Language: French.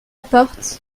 porte